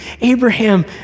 Abraham